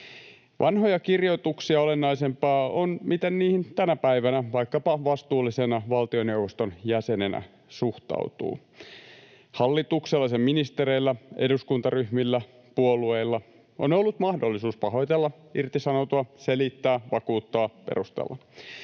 Vanhoja kirjoituksia olennaisempaa on, miten niihin tänä päivänä vaikkapa vastuullisena valtioneuvoston jäsenenä suhtautuu. Hallituksella, sen ministereillä, eduskuntaryhmillä, puolueilla on ollut mahdollisuus pahoitella, irtisanoutua, selittää, vakuuttaa, perustella.